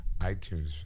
iTunes